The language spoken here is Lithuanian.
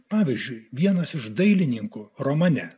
pavyzdžiui vienas iš dailininkų romane